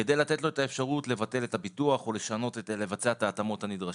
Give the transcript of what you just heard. כדי לתת לו את האפשרות לבטל את הביטוח ולבצע את ההתאמות הנדרשות.